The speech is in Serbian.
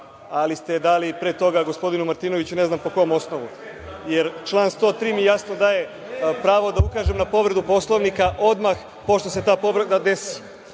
ali ste dali pre toga gospodinu Martinoviću ne znam po kom osnovu. Jer, član 103. mi jasno daje pravo da ukažem na povredu Poslovnika odmah pošto se ta povreda desi. Član